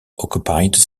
occupied